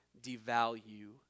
devalue